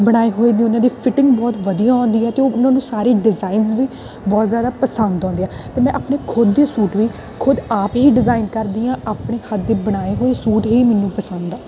ਬਣਾਏ ਹੋਏ ਨੇ ਉਹਨਾਂ ਦੀ ਫਿਟਿੰਗ ਬਹੁਤ ਵਧੀਆ ਆਉਂਦੀ ਹੈ ਅਤੇ ਉਹਨਾਂ ਨੂੰ ਸਾਰੇ ਡਿਜ਼ਾਇਨਸ ਵੀ ਬਹੁਤ ਜ਼ਿਆਦਾ ਪਸੰਦ ਆਉਂਦੇ ਆ ਅਤੇ ਮੈਂ ਆਪਣੇ ਖੁਦ ਦੇ ਸੂਟ ਵੀ ਖੁਦ ਆਪ ਹੀ ਡਿਜ਼ਾਇਨ ਕਰਦੀ ਹਾਂ ਆਪਣੇ ਹੱਥ ਦੇ ਬਣਾਏ ਹੋਏ ਸੂਟ ਹੀ ਮੈਨੂੰ ਪਸੰਦ ਆ